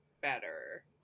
better